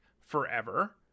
Forever